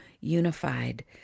unified